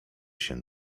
się